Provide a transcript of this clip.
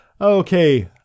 okay